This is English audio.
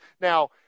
Now